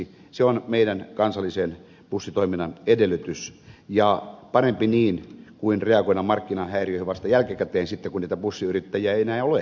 se on meidän kansallisen bussitoiminnan edellytys ja parempi niin kuin reagoida markkinahäiriöihin vasta jälkikäteen sitten kun niitä bussiyrittäjiä ei enää ole niitä kilpailun tarjoajia